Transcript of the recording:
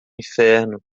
inferno